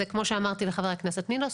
זה כמו שאמרתי לחבר הכנסת פינדרוס,